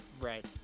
Right